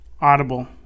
audible